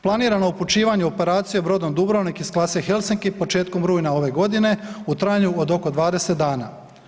Planirano upućivanje u operaciju brodom Dubrovnik iz klase Helsinki početkom rujna ove godine u trajanju od oko 20 dana.